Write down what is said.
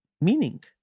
meaning